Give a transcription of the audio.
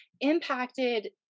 impacted